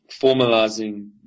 formalizing